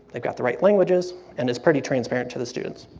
they've got the right languages and it's pretty transparent to the students.